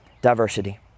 Diversity